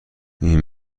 این